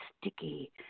sticky